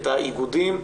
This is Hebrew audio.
את האיגודים,